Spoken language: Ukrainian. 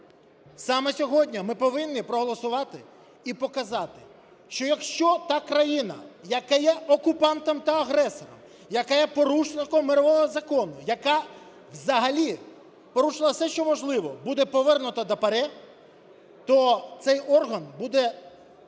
Саме сьогодні ми повинні проголосувати і показати, що якщо та країна, яка є окупантом та агресором, яка є порушником мирового закону, яка взагалі порушила все, що можливо, буде повернута до ПАРЄ, то цей орган буде